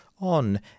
on